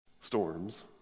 storms